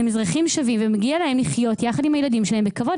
הם אזרחים שווים ומגיע להם לחיות יחד עם הילדים שלהם בכבוד,